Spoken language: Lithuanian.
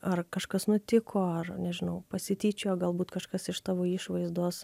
ar kažkas nutiko aš nežinau pasityčiojo galbūt kažkas iš tavo išvaizdos